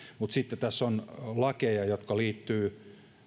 mutta sitten tässä on sosiaali ja terveysministeriön puolelta lakeja jotka liittyvät